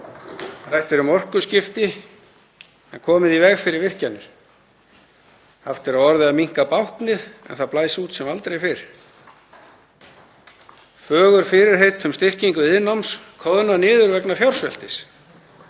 Rætt er um orkuskipti en komið er í veg fyrir virkjanir. Haft er á orði að minnka báknið en það blæs út sem aldrei fyrr. Fögur fyrirheit um styrkingu iðnnáms koðna niður vegna fjársveltis.